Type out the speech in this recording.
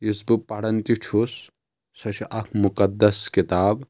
یُس بہٕ پران تہِ چھُس سۄ چھِ اکھ مُقدَس کِتاب